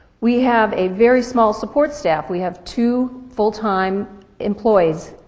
we have a very small support staff. we have two full-time employees.